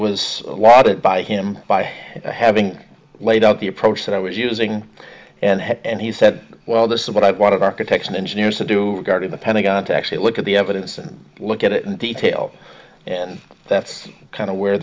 was lauded by him by having laid out the approach that i was using and had and he said well this is what i wanted architects and engineers to do guarding the pentagon to actually look at the evidence and look at it in detail and that's kind of where